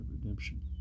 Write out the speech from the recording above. redemption